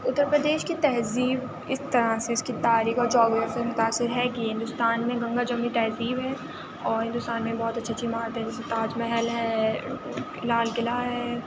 اُتر پردیش كی تہذیب اِس طرح سے اِس كی تاریخ اور جوگرافی متاثر ہے کہ ہندوستان میں گنکا جمنا تہذیب ہے اور ہندوستان میں بہت اچھے اچھے عمارتیں جیسے تاج محل ہے لال قلعہ ہے